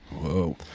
Whoa